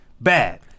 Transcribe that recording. bad